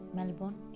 Melbourne